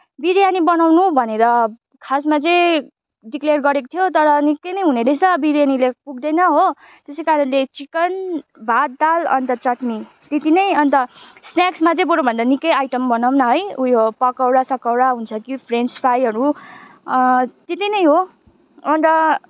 बिरयानी बनाउनु भनेर खासमा चाहिँ डिक्लेयर गरेको थियो तर निकै नै हुनेरहेछ बिरयानीले पुग्दैन हो त्यसैकारणले चिकन भात दाल अन्त चटनी त्यति नै अन्त स्नेक्समा चाहिँ बरूभन्दा निकै आइटम बनाऔँ न है उयो पकौडा सकौडा हुन्छ कि फ्रेन्च फ्राईहरू त्यति नै हो अन्त